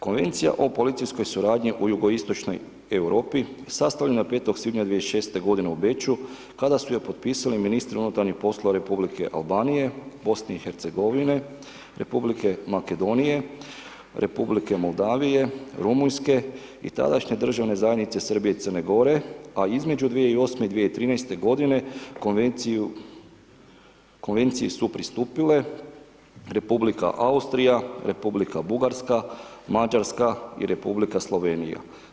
Konvencija o policijskoj suradnji u Jugoistočnoj Europi sastavljena je 5. svibnja 2006. godine u Beču kada su je potpisali ministri unutarnjih poslova Republike Albanije, Bosne i Hercegovine Republike Makedonije, Republike Moldavije, Rumunjske i tadašnje državne zajednice Srbije i Crne Gore a između 2008. i 2013. godine Konvenciji su pristupile Republika Austrija, Republika Bugarska, Mađarska i Republika Slovenija.